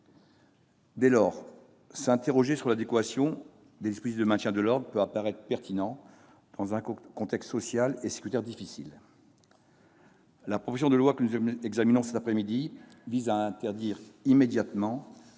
Dès lors, s'interroger sur l'adéquation des dispositifs de maintien de l'ordre peut apparaître pertinent dans un contexte social et sécuritaire difficile. La proposition de loi que nous examinons cet après-midi vise à interdire immédiatement